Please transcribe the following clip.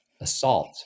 assault